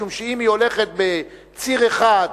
משום שאם היא הולכת בציר אחד,